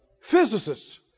Physicists